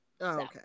okay